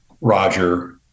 Roger